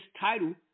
title